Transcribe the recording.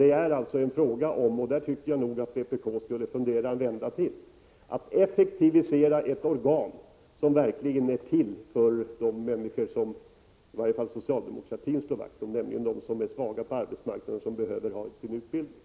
Det är alltså fråga om att — något som jag tycker att vpk skall fundera vidare på — effektivisera ett organ som är till för de människor som i varje fall socialdemokratin slår vakt om, nämligen dem som är svaga på arbetsmarknaden och behöver sin utbildning.